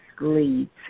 leads